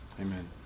amen